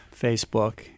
Facebook